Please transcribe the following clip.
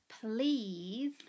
please